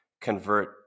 convert